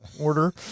order